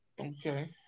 Okay